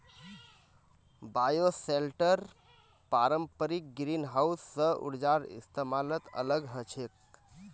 bioshelter पारंपरिक greenhouse स ऊर्जार इस्तमालत अलग ह छेक